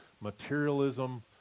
materialism